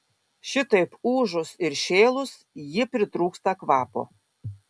šitaip ūžus ir šėlus ji pritrūksta kvapo